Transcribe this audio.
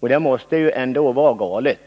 Detta måste vara galet.